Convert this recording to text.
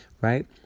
right